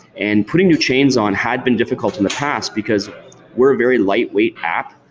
and putting new chains on had been difficult in the past, because we're a very lightweight app.